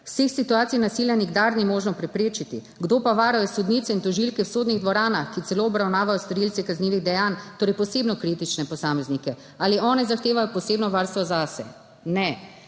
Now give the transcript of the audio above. Vseh situacij nasilja nikdar ni možno preprečiti. Kdo pa varuje sodnice in tožilke v sodnih dvoranah, ki celo obravnavajo storilce kaznivih dejanj, torej posebno kritične posameznike? Ali oni zahtevajo posebno varstvo zase? Ne.